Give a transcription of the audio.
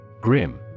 Grim